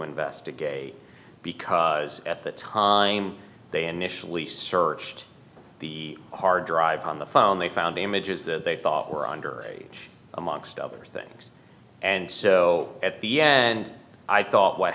investigate because at the time they initially searched the hard drive on the phone they found images that they thought were under age amongst other things and so at the end i thought what